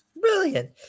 Brilliant